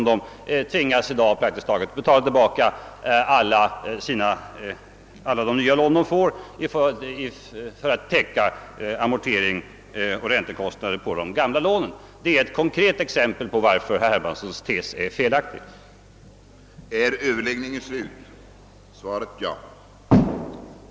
De tvingas i dag använda praktiskt taget alla de nya lån de får för att täcka amorteringar och räntekostnader på de gamla lånen. Det är ett konkret exempel som visar varför herr Hermanssons tes är felaktig. ligt lagen om allmän försäkring. Då antalet riksdagsår är mindre än tjugu och rätt till pension föreligger, utgör den månatliga pensionen för varje riksdagsår 1,5 procent av förenämnda basbe